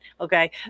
Okay